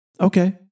Okay